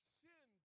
sin